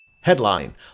Headline